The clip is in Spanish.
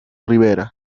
rivera